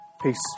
Peace